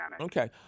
Okay